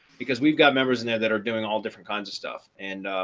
because we've got members in there that are doing all different kinds of stuff. and,